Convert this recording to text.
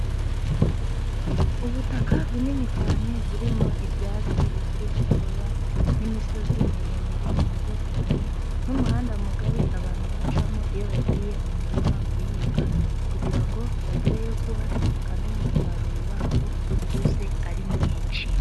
Ubutaka bunini cyane burimo ibyatsi bikiri bitoya n'imisozi miremire myiza cyane n'umuhanda mugari abantu bacamo iyo bagiye mu murima guhinga kugira ngo bagereyo vuba kandi n'umusaruro wabo uze ari mwinshi.